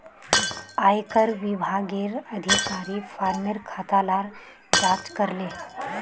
आयेकर विभागेर अधिकारी फार्मर खाता लार जांच करले